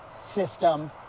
system